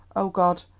oh, god,